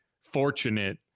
fortunate